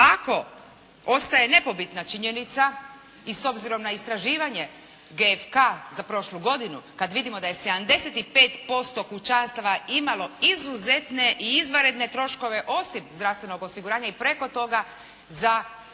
ako ostaje nepobitna činjenica i s obzirom na istraživanje GFK za prošlu godinu kada vidimo da je 75% kućanstava imamo izuzetne i izvanredne troškove osim zdravstvenog osiguranja i preko toga za zdravstvene